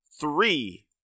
three